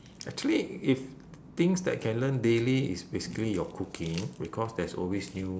actually if things that can learn daily is basically your cooking because there is always new